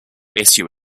issue